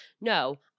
no